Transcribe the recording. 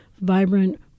vibrant